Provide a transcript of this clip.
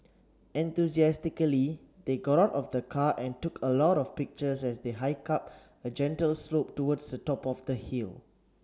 enthusiastically they got out of the car and took a lot of pictures as they hiked up a gentle slope towards the top of the hill